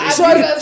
sorry